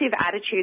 attitude